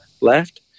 left